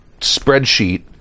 spreadsheet